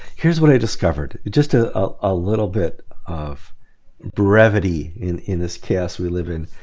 here's what i discovered, just a ah little bit of brevity in in this chaos we live in.